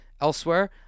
elsewhere